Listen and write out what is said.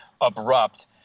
abrupt